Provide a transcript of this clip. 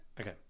Okay